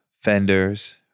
fenders